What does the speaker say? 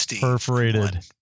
Perforated